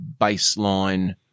baseline